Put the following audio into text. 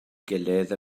gilydd